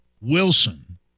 Wilson